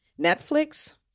Netflix